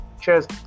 Cheers